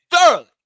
thoroughly